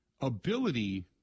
ability